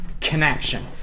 connection